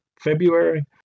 February